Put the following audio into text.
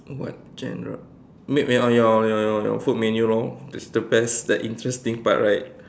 what genre made made your your your your food menu lor it's the best that interesting part right